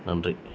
நன்றி